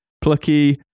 Plucky